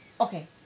Okay